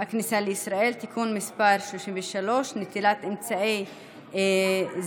הכניסה לישראל (תיקון מס' 33) (נטילת אמצעי זיהוי